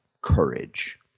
courage